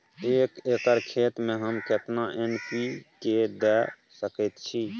एक एकर खेत में हम केतना एन.पी.के द सकेत छी?